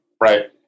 Right